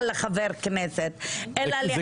לחבר כנסת אלא לאנשים שמשכירים את הדירות.